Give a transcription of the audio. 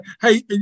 Hey